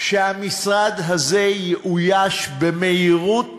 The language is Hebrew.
שהמשרד הזה יאויש במהירות